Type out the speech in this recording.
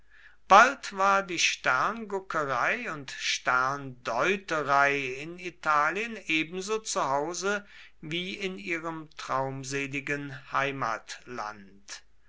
bald war die sternguckerei und sterndeuterei in italien ebenso zu hause wie in ihrem traumseligen heimatland